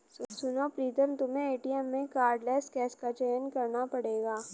सुनो प्रीतम तुम्हें एटीएम में कार्डलेस कैश का चयन करना पड़ेगा